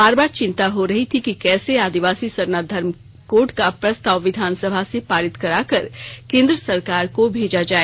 बार बार चिंता हो रही थी कि कैसे आदिवासी सरना धर्मकोड का प्रस्ताव विधानसभा से पारित कराकर केंद्र सरकार को भेजा जाए